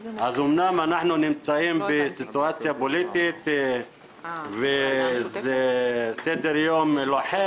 אמנם אנחנו נמצאים בסיטואציה פוליטית שיש סדר יום לוחץ,